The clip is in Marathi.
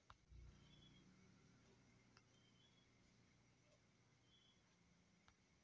भविष्याऐवजी शेअर्स आपल्या गुंतवणुकीर अधिक फायदे मिळवन दिता